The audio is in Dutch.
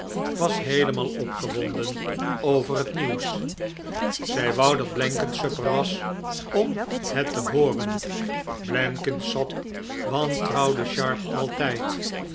was heelemaal opgewonden over het nieuws zij wou dat blenkinsop er was om het te hooren blenkinsop wantrouwde sharp altijd